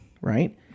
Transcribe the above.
right